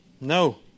No